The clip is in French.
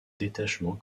détachement